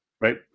right